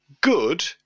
Good